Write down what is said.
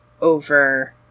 over